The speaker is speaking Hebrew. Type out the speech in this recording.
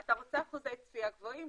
אתה רוצה אחוזי צפייה גבוהים?